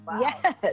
yes